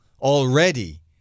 already